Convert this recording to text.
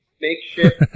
makeshift